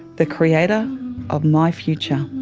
the creator of my future,